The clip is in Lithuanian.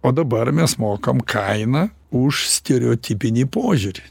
o dabar mes mokam kainą už stereotipinį požiūrį